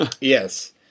Yes